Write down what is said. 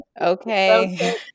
Okay